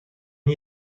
une